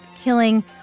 killing